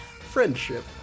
friendship